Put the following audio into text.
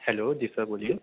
hello جی sir بولیے